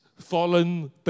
fallen